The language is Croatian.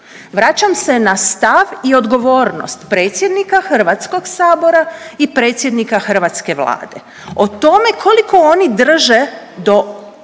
Vraćam se na stav i odgovornost predsjednika HS-a i predsjednika hrvatske Vlade, o tome koliko oni drže do